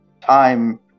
Time